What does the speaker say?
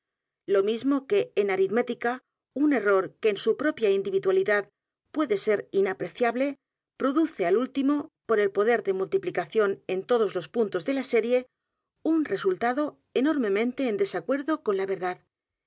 lo mismo que en aritmética u n error que en su propia individualidad puede ser inapreciable produce al último por el poder de multiplicación en todos los puntos de la serie un resultado enormemente en desacuerdo con la verdad